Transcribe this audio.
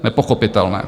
Nepochopitelné!